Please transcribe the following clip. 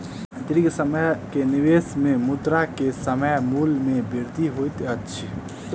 दीर्घ समय के निवेश में मुद्रा के समय मूल्य में वृद्धि होइत अछि